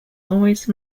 always